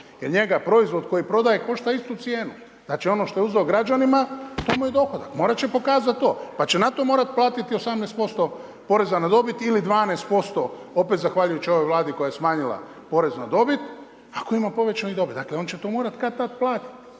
jer njega proizvod koji prodaje košta istu cijenu. Znači ono što je uzeo građanima to mu je dohodak, morati će pokazati to, pa će na to morati platiti 18% poreza na dobit ili 12% opet zahvaljujući ovoj vladi koja je smanjila porez na dobit, ako ima povećanu dobit. Dakle, on će morati kada tada platiti,